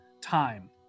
time